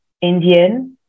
indian